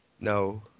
No